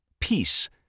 Peace